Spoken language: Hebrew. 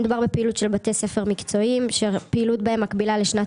מדובר בפעילות של בתי ספר מקצועיים שהפעילות בהם מקבילה לשנת